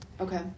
Okay